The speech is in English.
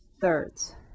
thirds